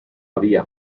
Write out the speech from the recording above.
había